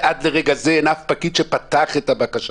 עד לרגע זה אין אף פקיד שפתח את הבקשה.